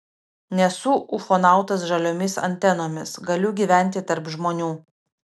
nesu ufonautas žaliomis antenomis galiu gyventi tarp žmonių